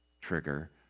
trigger